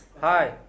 Hi